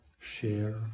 share